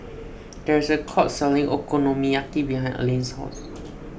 there is a food court selling Okonomiyaki behind Aleen's house